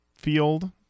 field